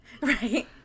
Right